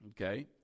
Okay